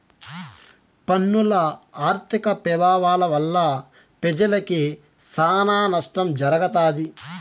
పన్నుల ఆర్థిక పెభావాల వల్ల పెజలకి సానా నష్టం జరగతాది